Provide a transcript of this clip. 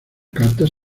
cartas